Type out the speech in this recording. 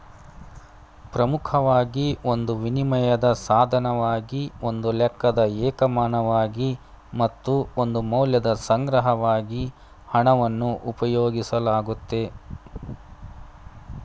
ಪ್ರಮುಖವಾಗಿ ಒಂದು ವಿನಿಮಯದ ಸಾಧನವಾಗಿ ಒಂದು ಲೆಕ್ಕದ ಏಕಮಾನವಾಗಿ ಮತ್ತು ಒಂದು ಮೌಲ್ಯದ ಸಂಗ್ರಹವಾಗಿ ಹಣವನ್ನು ಉಪಯೋಗಿಸಲಾಗುತ್ತೆ